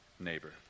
neighbor